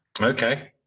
Okay